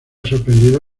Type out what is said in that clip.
sorprendido